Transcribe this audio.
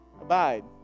abide